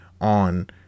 on